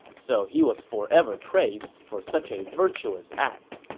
so he was forever praised for such a virtuous act.